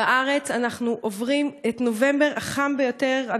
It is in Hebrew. בארץ אנחנו עוברים את נובמבר החם ביותר,